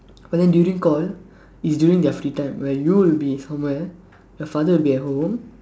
but then during call it's during their free time right you will be somewhere your father will be at home